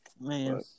man